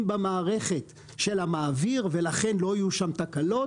במערכת של המעביר ולכן לא יהיו שם תקלות.